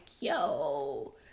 yo